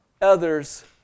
others